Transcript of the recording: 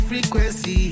Frequency